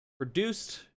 Produced